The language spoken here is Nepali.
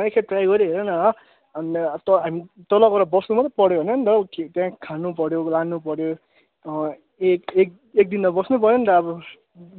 एक खेप ट्राई गरिहेर न अनि तल गएर बस्नु मात्रै पऱ्यो होइन नि त हौ त्यहाँ खानु पऱ्यो लानु पऱ्यो एक एक एक दिन त बस्नु पऱ्यो नि त अब